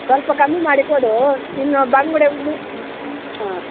ಸ್ವಲ್ಪ ಕಮ್ಮಿ ಮಾಡಿ ಕೊಡು ಇನ್ನೂ ಬಂಗುಡೆ ಮೂ ಹಾಂ